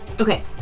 Okay